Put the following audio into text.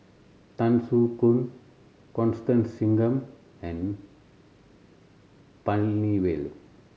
Tan Soo Khoon Constance Singam and N Palanivelu